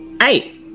Hey